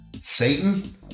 Satan